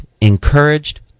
encouraged